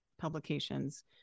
publications